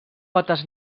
potes